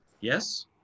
Yes